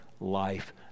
Life